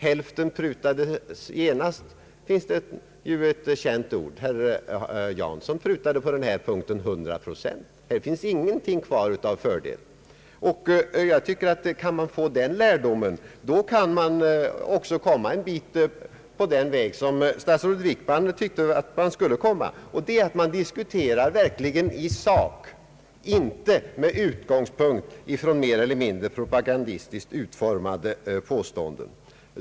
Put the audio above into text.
Ett känt uttryck säger: hälften prutades genast. Herr Jansson prutade på denna punkt 100 procent. Det finns ingenting kvar av fördelarna. Om man inser riktigheten härav kan man också komma en bit på den väg som statsrådet Wickman avsåg, nämligen att inte diskutera med utgångspunkt i mer eller mindre propagandistiskt utformade påståenden.